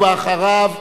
ואחריו,